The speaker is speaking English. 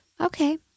Okay